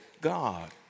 God